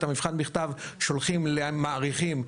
את המבחן בכתב שולחים למעריכים,